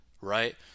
right